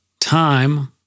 time